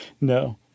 No